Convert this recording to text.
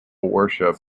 worship